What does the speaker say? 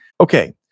Okay